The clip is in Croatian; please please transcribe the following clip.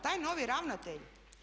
Taj novi ravnatelj?